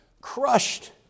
crushed